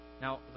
Now